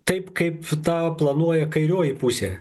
taip kaip tą planuoja kairioji pusė